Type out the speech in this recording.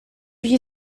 you